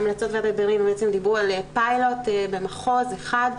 המלצות ועדת ברלינר דיברו על פיילוט במחוז אחד,